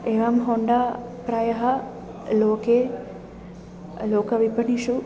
एवं होण्डा प्रायः लोके लोकविपण्याम्